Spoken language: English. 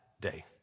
day